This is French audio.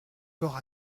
corps